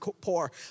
poor